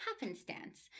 happenstance